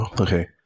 Okay